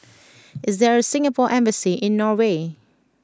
is there a Singapore embassy in Norway